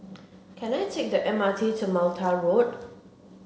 can I take the M R T to Mattar Road